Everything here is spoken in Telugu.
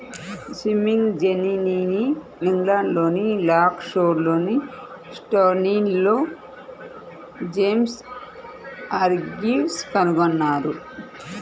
స్పిన్నింగ్ జెన్నీని ఇంగ్లండ్లోని లంకాషైర్లోని స్టాన్హిల్ జేమ్స్ హార్గ్రీవ్స్ కనుగొన్నారు